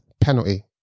penalty